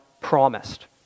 promised